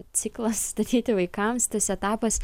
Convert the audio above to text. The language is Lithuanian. ciklas statyti vaikams tas etapas